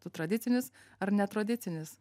tradicinis ar netradicinis